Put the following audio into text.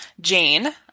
Jane